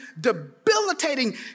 debilitating